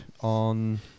on